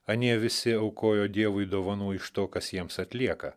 anie visi aukojo dievui dovanų iš to kas jiems atlieka